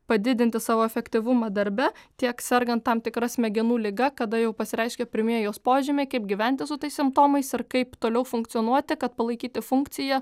padidinti savo efektyvumą darbe tiek sergant tam tikra smegenų liga kada jau pasireiškia pirmieji jos požymiai kaip gyventi su tais simptomais ir kaip toliau funkcionuoti kad palaikyti funkciją